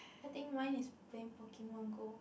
I think mine is playing Pokemon Go